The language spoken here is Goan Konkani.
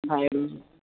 भायर